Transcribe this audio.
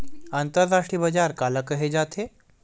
अंतरराष्ट्रीय बजार काला कहे जाथे?